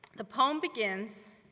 the poem begins,